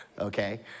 Okay